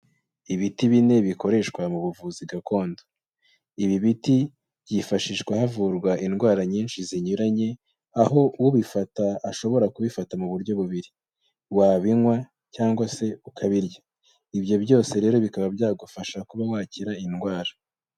Ibiti bine bikoreshwa mu buvuzi gakondo, ibi biti byifashishwa havurwa indwara nyinshi zinyuranye, aho ubifata ashobora kubifata mu buryo bubiri, wabinywa cyangwa se ukabirya, ibyo byose rero bikaba byagufasha kuba wakira indwara.